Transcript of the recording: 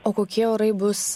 o kokie orai bus